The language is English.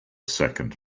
second